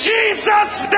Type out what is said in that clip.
Jesus